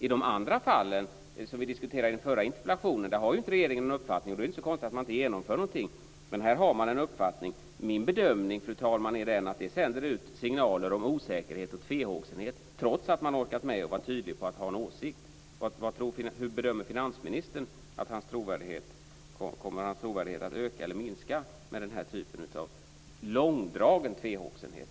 I de andra fallen, som vi diskuterade i samband med den förra interpellationen, har ju inte regeringen någon uppfattning. Då är det inte så konstigt att man inte genomför något. Men här har man en uppfattning. Min bedömning, fru talman, är att detta sänder ut signaler om osäkerhet och tvehågsenhet trots att man orkat med att vara tydlig och ha en åsikt. Hur bedömer finansministern detta? Kommer hans trovärdighet att öka eller minska med den här typen av långdragen tvehågsenhet?